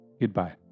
goodbye